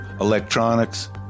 electronics